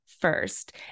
first